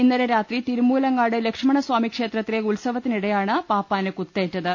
ഇന്നലെ രാത്രി തിരുമൂലങ്ങാട് ലക്ഷ്മണസ്വാമി ക്ഷേത്ര ത്തിലെ ഉത്സവത്തിനിടെയാണ് പാപ്പാന് കുത്തേറ്റത്